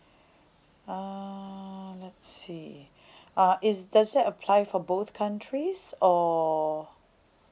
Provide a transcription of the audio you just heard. uh let's see uh is does that apply for both countries or